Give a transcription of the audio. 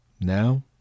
now